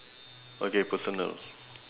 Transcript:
okay personal